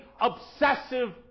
obsessive